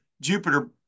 Jupiter